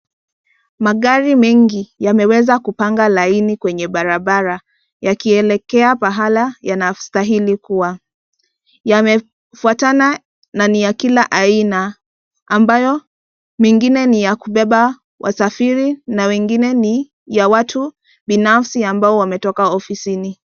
Magari mengi yameweza kupanga laini kwenye barabara yakielekea pahala yanastahili kuwa. Yamefuatana na ni ya kila aina, ambayo mengine ni ya kubeba wasafiri na mengine ni ya watu binafsi ambao wametoka ofisini.